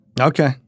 Okay